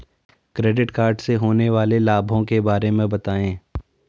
Credit card से होने वाले लाभों के बारे में बताएं?